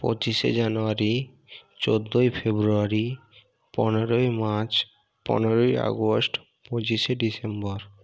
পঁচিশে জানুয়ারি চৌদ্দই ফেব্রুয়ারি পনেরোই মার্চ পনেরোই আগস্ট পঁচিশে ডিসেম্বর